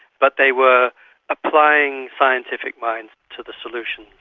but they were applying scientific minds to the solutions.